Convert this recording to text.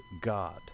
God